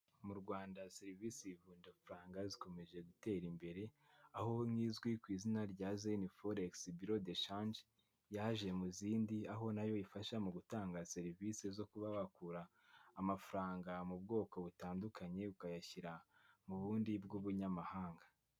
Mu Rwanda serivisi mvunja faranga zikomeje gutera imbere, aho nkizwi ku izina rya Zini forex biro de shanje yaje mu zindi. Aho nayo ifasha mu gutanga serivisi zo kuba wakura amafaranga mu bwoko butandukanye ukayashyira mu bundi bw'ubunyamahanga.